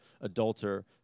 adulterer